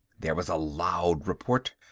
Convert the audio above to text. there was a loud report.